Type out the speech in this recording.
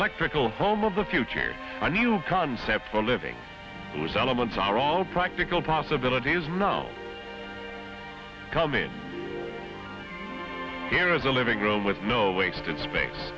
electrical home of the future a new concept for living was elements are all practical possibilities now come in here as a living room with no wasted space